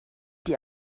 die